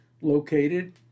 located